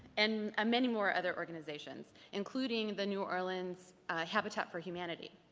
and um many more other organizations, including the new orleans habitat for humanity.